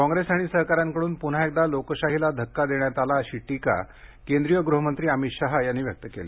कॉंग्रेस आणि सहकाऱ्यांकडून पुन्हा एकदा लोकशाहीला धक्का देण्यात आला अशी टीका केंद्रीय गृहमंत्री अमित शहा यांनी केली